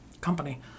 company